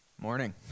Morning